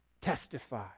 Testify